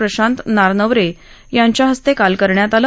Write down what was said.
प्रशांत नारनवरे यांच्या हस्ते काल करण्यात आलं